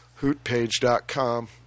Hootpage.com